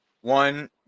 One